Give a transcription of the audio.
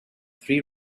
three